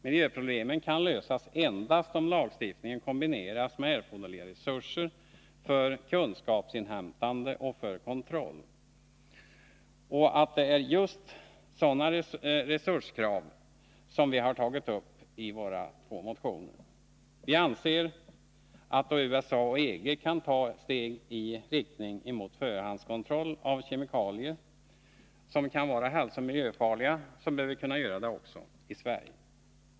Miljöproblemen kan lösas endast om lagstiftningen kombineras med erforderliga resurser för kunskapsinhämtande och för kontroll, och det är just sådana resurskrav som vi tar upp i våra två motioner. Vi menar att då USA och EG kan ta steg i riktning mot förhandskontroll av kemikalier som kan vara hälsooch miljöfarliga, bör vi kunna göra det också i Sverige.